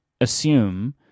assume